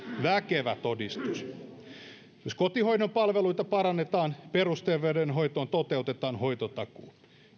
väkevä todistus myös kotihoidon palveluita parannetaan perusterveydenhoitoon toteutetaan hoitotakuu